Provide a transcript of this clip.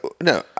No